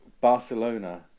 Barcelona